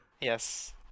Yes